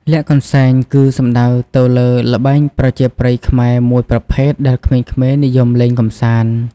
លាក់កន្សែង គឺសំដៅទៅលើល្បែងប្រជាប្រិយខ្មែរមួយប្រភេទដែលក្មេងៗនិយមលេងកម្សាន្ត ។